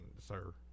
sir